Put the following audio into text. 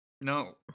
No